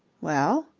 well?